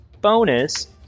bonus